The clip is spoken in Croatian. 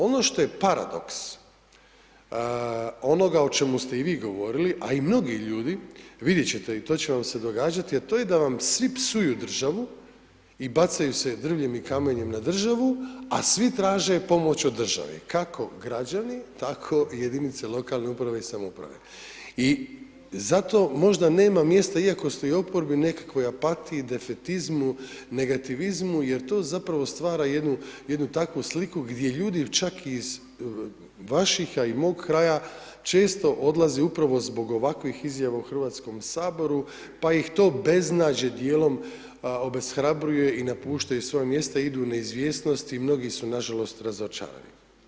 Ono što je paradoks, onoga o čemu ste vi govorili, a i mnogi ljudi, vidjeti ćete i to će vam se događati, a to je dav vam svi psuju državu i bacaju se drvljem i kamenjem na državu, a svi traže pomoć od države kako građani tako i jedinice lokalne uprave i samouprave i zato možda nema mjesta iako ste u oporbi nekakve apatije, defetizmu, negativizmu, jer to zapravo stvar jednu takvu sliku, gdje ljudi čak iz vaših i mog kraja često odlaze upravo zbog ovakvih izjava u hrvatskom saboru pa ih to beznađe dijelom obespravljuje i napušta svoja mjesta, idu u neizvjesnost i mnogi su nažalost razočarani.